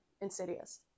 insidious